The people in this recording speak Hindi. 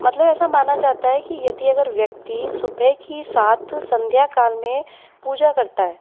मतलब ऐसा माना जाता है कि यदि अगर व्यक्ति सुबह की सात संध्याकाल में पूजा करता है